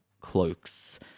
cloaks